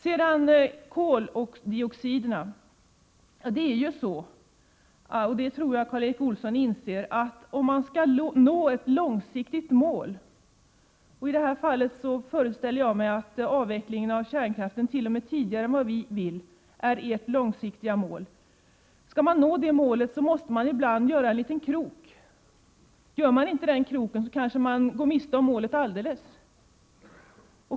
Vad beträffar utsläppen av koldioxid tror jag att Karl Erik Olsson inser att om man skall nå ett långsiktigt mål — och i det här fallet föreställer jag mig att avvecklingen av kärnkraften t.o.m. tidigare än vad vi vill är ert långsiktiga mål — måste man ibland göra en liten krok. Gör man inte den kroken, kanske man går miste om målet alldeles.